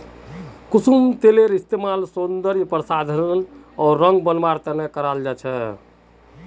कुसुमेर तेलेर इस्तमाल सौंदर्य प्रसाधन आर रंग बनव्वार त न कराल जा छेक